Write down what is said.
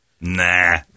nah